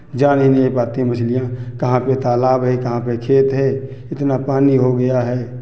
जान ही नहीं पाती मछलियाँ कहाँ पे तालाब है कहाँ पे खेत है इतना पानी हो गया है